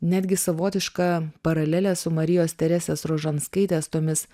netgi savotiška paralelė su marijos teresės rožanskaitės tomis